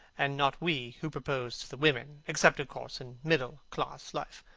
and not we who propose to the women. except, of course, in middle-class life.